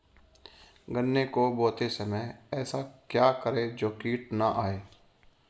गन्ने को बोते समय ऐसा क्या करें जो कीट न आयें?